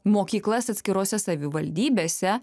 mokyklas atskirose savivaldybėse